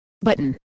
button